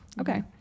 Okay